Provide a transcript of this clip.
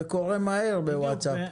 זה קורה מהר בוואטסאפ.